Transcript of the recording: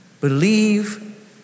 believe